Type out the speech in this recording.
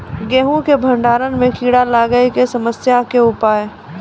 गेहूँ के भंडारण मे कीड़ा लागय के समस्या के उपाय?